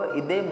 ide